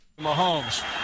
Mahomes